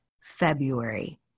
February